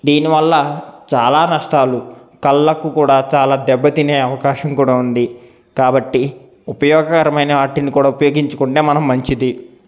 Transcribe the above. దీనివల్ల చాలా నష్టాలు కళ్ళకు కూడా చాలా దెబ్బతినే అవకాశం కూడా ఉంది కాబట్టి ఉపయోగకరమైన వాటిని కూడా ఉపయోగించుకుంటే మనం మంచిది